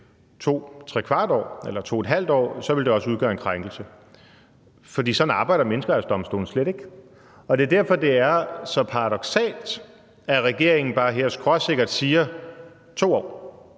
til 2¾ år eller 2½ år, ville det også udgøre en krænkelse, for sådan arbejder Menneskerettighedsdomstolen slet ikke. Det er derfor, det er så paradoksalt, at regeringen bare skråsikkert siger: 2 år.